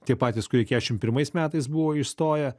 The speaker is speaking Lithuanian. tie patys kurie keturiasdešimt pirmais metais buvo įstoję